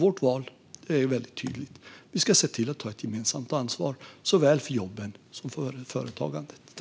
Vårt val är väldigt tydligt: Vi ska se till att ta ett gemensamt ansvar, såväl för jobben som för företagandet.